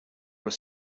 were